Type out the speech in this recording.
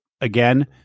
again